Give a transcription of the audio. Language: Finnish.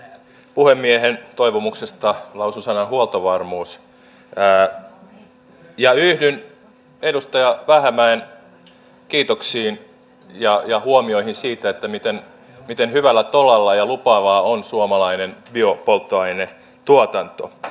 puhemiehen toivomuksesta lausun sanan huoltovarmuus ja yhdyn edustaja vähämäen kiitoksiin ja huomioihin siitä miten hyvällä tolalla ja lupaavaa on suomalainen biopolttoainetuotanto